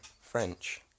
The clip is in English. French